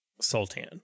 Sultan